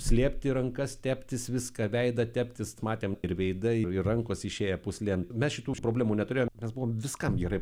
slėpti rankas teptis viską veidą teptis matėm ir veidai ir rankos išėję pūslėm mes šitų problemų neturėjom nes buvom viskam gerai